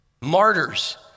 Martyrs